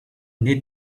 need